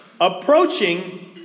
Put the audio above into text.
approaching